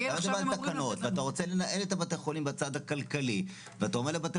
אתה רוצה לנהל את בתי החולים בצד הכלכלי ואתה אומר לבתי